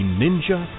ninja